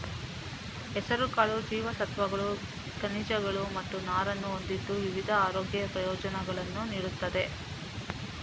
ಹೆಸರುಕಾಳು ಜೀವಸತ್ವಗಳು, ಖನಿಜಗಳು ಮತ್ತು ನಾರನ್ನು ಹೊಂದಿದ್ದು ವಿವಿಧ ಆರೋಗ್ಯ ಪ್ರಯೋಜನಗಳನ್ನು ನೀಡುತ್ತದೆ